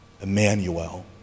Emmanuel